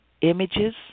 images